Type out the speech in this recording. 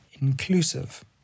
inclusive